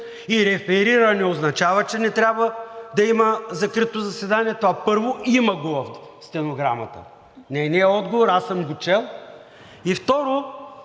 и „реферира“ не означава, че не трябва да има закрито заседание, това първо. Има го в стенограмата нейния отговор, аз съм го чел. И второ,